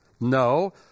No